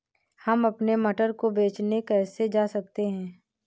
हम अपने मटर को बेचने कैसे जा सकते हैं?